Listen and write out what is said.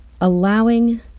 Allowing